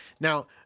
Now